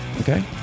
okay